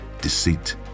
deceit